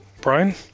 Brian